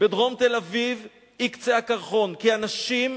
בדרום תל-אביב היא קצה הקרחון, כי אנשים,